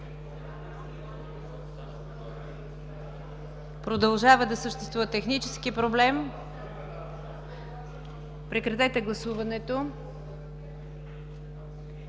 Продължава да съществува технически проблем. Прекратете гласуването.